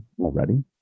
already